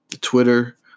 Twitter